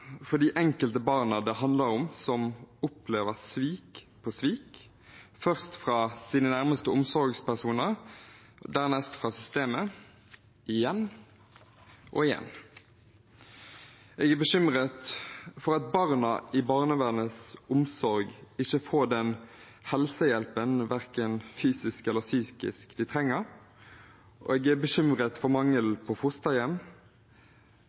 for det enkelte barn som det handler om, som opplever svik på svik, først fra sine nærmeste omsorgspersoner, dernest fra systemet – igjen og igjen. Jeg er bekymret for at barna under barnevernets omsorg ikke får den helsehjelpen de trenger verken fysisk eller psykisk, og jeg er bekymret over mangelen på fosterhjem.